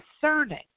discerning